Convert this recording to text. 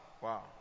Wow